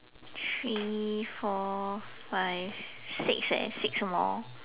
three four five six leh six more